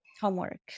homework